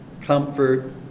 comfort